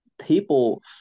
people